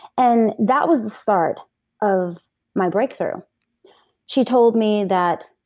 and that was the start of my breakthrough she told me that